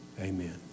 Amen